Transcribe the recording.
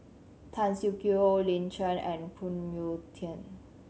Tan Siak Kew Lin Chen and Phoon Yew Tien